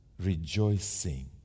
rejoicing